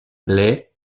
les